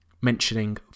mentioning